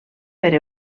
per